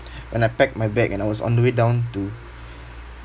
when I pack my bag and I was on the way down to